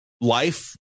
life